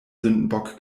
sündenbock